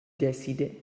décidé